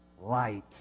light